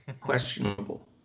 questionable